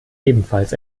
ebenfalls